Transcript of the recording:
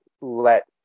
let